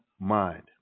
mind